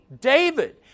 David